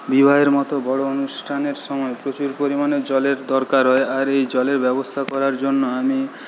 বিবাহের মতো বড় অনুষ্ঠানের সময়ে প্রচুর পরিমাণে জলের দরকার হয় আর এই জলের ব্যবস্থা করার জন্য আমি